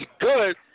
good